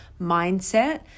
mindset